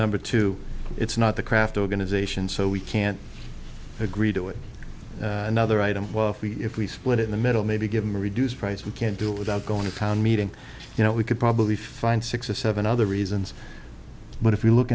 number two it's not the craft organization so we can't agree to it another item if we if we split it in the middle maybe give them a reduced price we can't do it without going to town meeting you know we could probably find six or seven other reasons but if you look